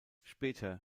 später